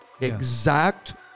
exact